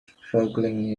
struggling